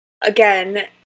again